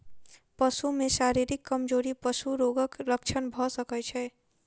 पशु में शारीरिक कमजोरी पशु रोगक लक्षण भ सकै छै